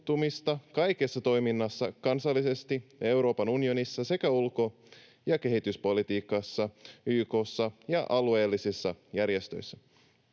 kaikessa toiminnassa kansallisesti, Euroopan unionissa sekä ulko- ja kehityspolitiikassa, YK:ssa ja alueellisissa järjestöissä.